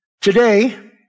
Today